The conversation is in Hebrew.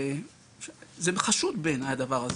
זה חשוד בעיניי הדבר הזה,